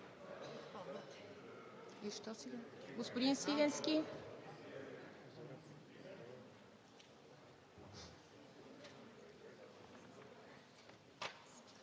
Благодаря